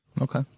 Okay